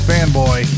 Fanboy